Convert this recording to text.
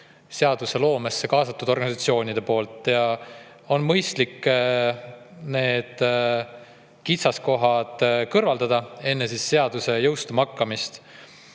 seadusloomesse kaasatud organisatsioonidel. On mõistlik need kitsaskohad kõrvaldada enne seaduse jõustumist.